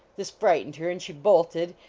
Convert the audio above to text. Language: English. this frightened her, and she bolted,